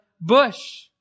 bush